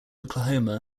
oklahoma